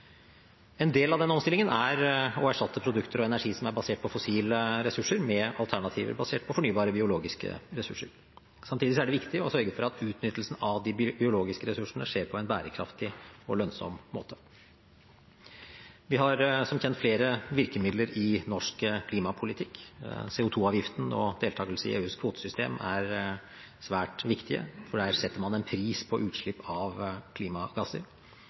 En del av den omstillingen er å erstatte produkter og energi som er basert på fossile ressurser, med alternativer basert på fornybare biologiske ressurser. Samtidig er det viktig å sørge for at utnyttelsen av de biologiske ressursene skjer på en bærekraftig og lønnsom måte. Vi har som kjent flere virkemidler i norsk klimapolitikk. CO 2 -avgiften og deltagelse i EUs kvotesystem er svært viktig, for der setter man en pris på utslipp av klimagasser.